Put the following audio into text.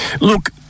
Look